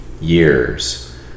years